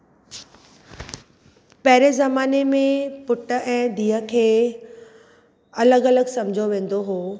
पहिरें ज़माने में पुटु ऐं धीअ खे अलॻि अलॻि सम्झो वेंदो हुओ